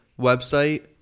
website